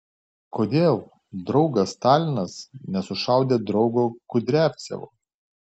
kodėl draugas stalinas nesušaudė draugo kudriavcevo